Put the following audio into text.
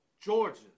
Georgia